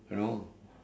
you know